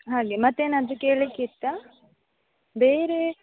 ಹಾಗೆ ಮತ್ತೇನಾದರೂ ಕೇಳ್ಲಿಕ್ಕೆ ಇತ್ತಾ ಬೇರೆ